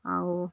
আৰু